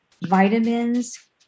vitamins